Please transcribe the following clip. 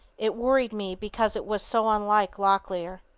it worried me because it was so unlike locklear.